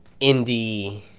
indie